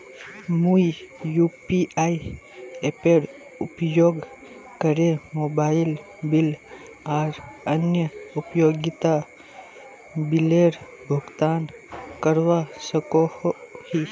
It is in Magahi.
मुई यू.पी.आई एपेर उपयोग करे मोबाइल बिल आर अन्य उपयोगिता बिलेर भुगतान करवा सको ही